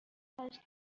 هشت